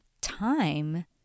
time